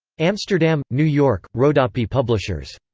amsterdam new york rodopi publishers.